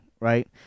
Right